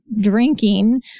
drinking